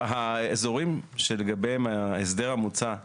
האזורים שלגביהם ההסדר המוצע יחול,